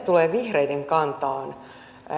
tulee vihreiden kantaan